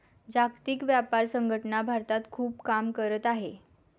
जागतिक व्यापार संघटना भारतात खूप काम करत आहे